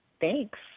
thanks